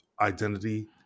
identity